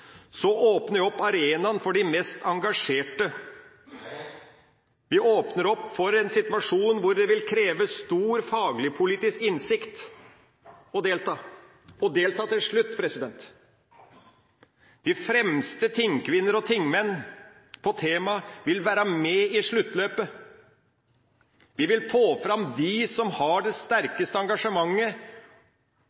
åpner vi opp arenaen for de mest engasjerte. Vi åpner opp for en situasjon hvor det vil kreves stor faglig-politisk innsikt for å delta til slutt. De fremste tingkvinner og tingmenn på temaet vil være med i sluttløpet. Vi vil få fram dem som har det